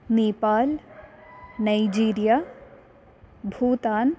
Nepal Nigeria Bhutan